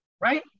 right